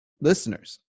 listeners